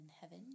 heaven